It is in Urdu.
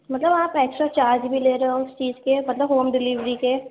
مطلب آپ ایکسٹرا چارج بھی لے رہے ہو اس چیز کے مطلب ہوم ڈلیوری کے